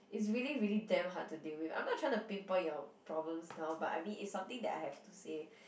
it's really really damn hard to deal with I'm not trying to pinpoint your problems down but I mean is something that I have to say